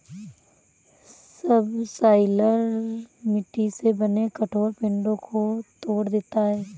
subsoiler मिट्टी से बने कठोर पिंडो को तोड़ देता है